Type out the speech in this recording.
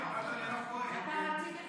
אמרת מירב כהן.